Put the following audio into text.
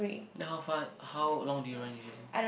how far how long do you run usually